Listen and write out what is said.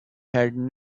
had